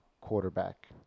quarterback